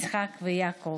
יצחק ויעקב.